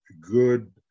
good